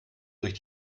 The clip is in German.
durch